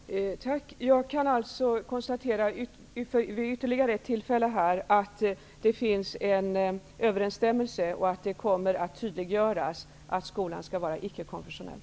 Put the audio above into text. Fru talman! Jag kan alltså ytterligare en gång konstatera att det finns en överensstämmelse och att det kommer att tydliggöras att skolan skall vara icke-konfessionell.